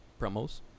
promos